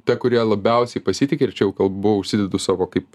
ta kuria labiausiai pasitiki ir čia jau kalbu užsidedu savo kaip